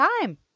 time